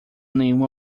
nenhuma